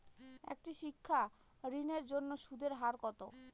একটি শিক্ষা ঋণের জন্য সুদের হার কত?